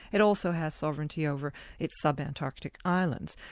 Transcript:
it also has sovereignty over its sub-antarctic islands.